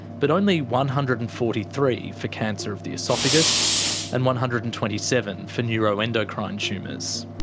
but only one hundred and forty three for cancer of the oesophagus and one hundred and twenty seven for neuroendocrine tumours.